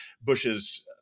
Bush's